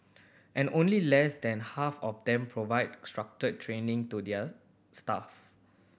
and only less than half of them provide structured training to their staff